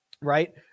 right